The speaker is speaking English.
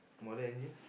Mortal Engine